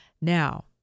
Now